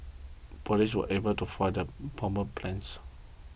police were able to foil the bomber's plans